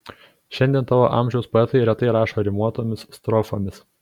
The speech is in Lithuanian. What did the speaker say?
šiandien tavo amžiaus poetai retai rašo rimuotomis strofomis